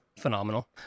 phenomenal